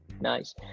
Nice